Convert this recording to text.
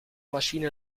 maschine